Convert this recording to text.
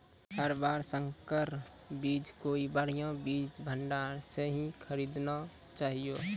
हर बार संकर बीज कोई बढ़िया बीज भंडार स हीं खरीदना चाहियो